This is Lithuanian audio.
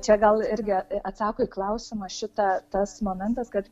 čia gal irgi atsako į klausimą šitą tas momentas kad